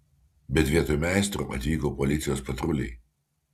bet vietoj meistro atvyko policijos patruliai